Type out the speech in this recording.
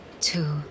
two